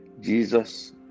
jesus